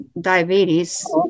diabetes